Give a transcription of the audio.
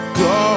go